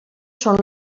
són